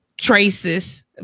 traces